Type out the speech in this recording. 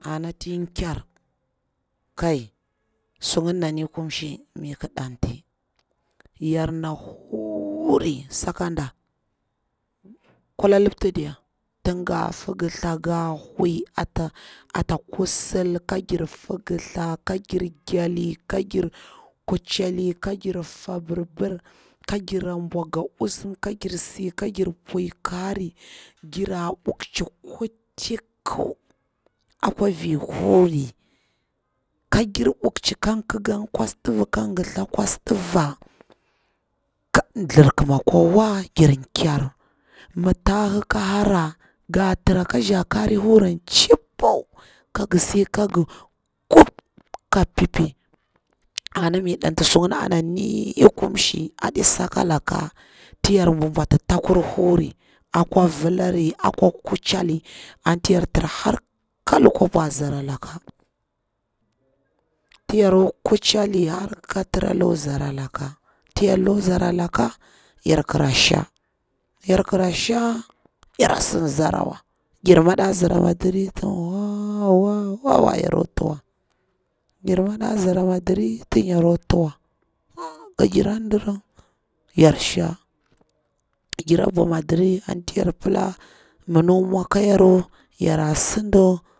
Anna ti kyer kai su ngini ana ni kumshi mi'k ɗatiy, yarna hurri sakanɗa kula lipti diya, nga figilta ga hwui ata ata kusul ka gir figilta ka gir gyeli, ke ngir kucheli, ka ngir fa birbir, ka ngir ra bwa nga ntsum, ka ngir si ka ngir pwi kari gira bukchi kutiku akwa rir huri ka gir bukchi kan kika nga kwas diva, ka giltha kwas diva ka thlirkima kwa wa gir ker, mi tahu ka hara nga tira ka zha karir huruni tchippu, ka misi ka ngi kum kagipipi ana mi ndanti sughini ana ni kumshi, aɗisaka laka tiyar bwati. bwati takur huri akwa vilari, akwar kucheli anti yar tira har ka lukwa bwa nzara laka, ti yarkwa kucheli har ka ti yarkulwa zara laka anti zara laka yarkra sha yarki rasha yara sidi zarawa, gir mada zaramadiri tin who who who garkwa thwa, yarkwa nzara matiri, ti yarkwa tuwa sha anti yar pila ndawa mwa ka yaru yara sideri